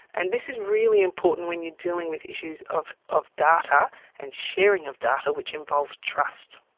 and this is really important when you are dealing with issues of of data and sharing of data which involves trust.